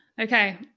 Okay